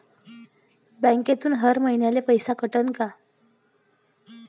बँकेतून हर महिन्याले पैसा कटन का?